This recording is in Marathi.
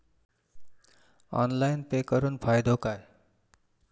ऑनलाइन पे करुन फायदो काय?